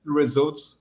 results